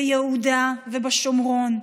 ביהודה ובשומרון.